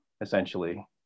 essentially